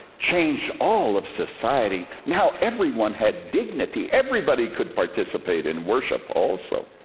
changed all of society. now everyone had dignity. everybody could participate and worship also.